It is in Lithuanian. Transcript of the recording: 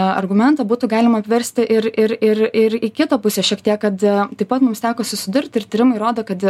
argumentą būtų galima apversti ir ir ir ir į kitą pusę šiek tiek kad taip pat mums teko susidurti ir tyrimai rodo kad